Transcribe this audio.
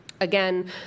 Again